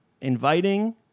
inviting